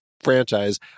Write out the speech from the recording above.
franchise